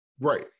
Right